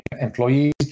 employees